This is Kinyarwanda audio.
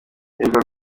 ibirwa